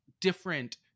different